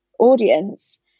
audience